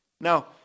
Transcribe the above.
Now